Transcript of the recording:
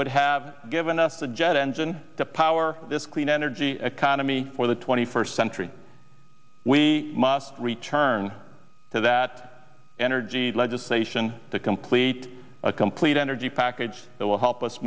would have given us the jet engine to power this clean energy economy for the twenty first century we must return to that energy legislation to complete a complete energy package that will help us